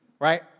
right